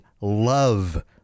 love